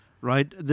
Right